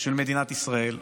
של מדינת ישראל,